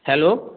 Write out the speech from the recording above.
hello